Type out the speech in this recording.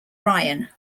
ryan